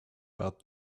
about